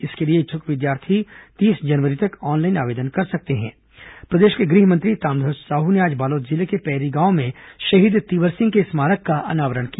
इसके लिए इच्छ्क विद्यार्थी तीस जनवरी तक ऑनलाइन आवेदन कर सकते हैं प्रदेश के गृह मंत्री ताम्रध्वज साहू ने आज बालोद जिले के पैरी गांव में शहीद तिवर सिंह के स्मारक का अनावरण किया